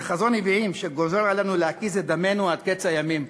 זה חזון נביאים שגוזר עלינו להקיז את דמנו עד קץ הימים.